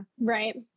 Right